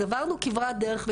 אז עברנו כברת דרך,